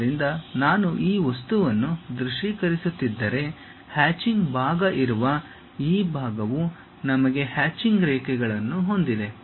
ಆದ್ದರಿಂದ ನಾನು ಈ ವಸ್ತುವನ್ನು ದೃಶ್ಯೀಕರಿಸುತ್ತಿದ್ದರೆ ಹ್ಯಾಚಿಂಗ್ ಭಾಗ ಇರುವ ಈ ಭಾಗವು ನಮಗೆ ಹ್ಯಾಚಿಂಗ್ ರೇಖೆಗಳನ್ನು ಹೊಂದಿದೆ